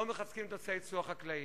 לא מחזקים את נושא היצוא הכלכלי.